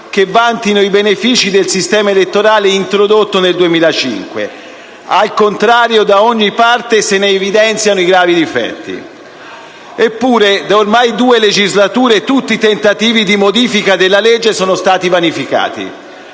che vantino i benefici del sistema elettorale introdotto nel 2005. Al contrario, da ogni parte se ne evidenziano i gravi difetti. Eppure, da ormai due legislature tutti i tentativi di modifica della legge sono stati vanificati.